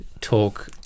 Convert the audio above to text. talk